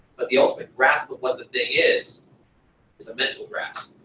but the ultimate grasp of what the thing is is a mental grasp.